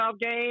game